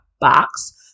Box